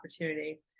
opportunity